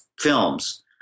films